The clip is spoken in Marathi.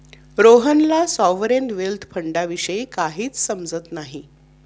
रोहनला सॉव्हरेन वेल्थ फंडाविषयी काहीच समजत नाही